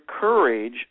courage